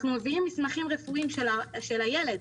אנחנו מביאים מסמכים רפואיים של הילד,